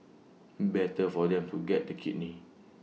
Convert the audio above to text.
better for them to get the kidney